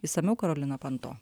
išsamiau karolina panto